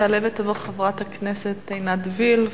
תעלה ותבוא חברת הכנסת עינת וילף.